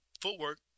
footwork